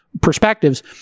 perspectives